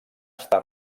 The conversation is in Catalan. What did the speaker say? està